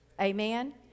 Amen